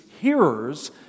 hearers